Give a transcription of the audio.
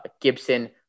Gibson